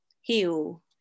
heal